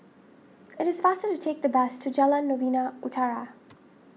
it is faster to take the bus to Jalan Novena Utara